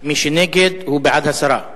מי שנגד הוא בעד הסרה.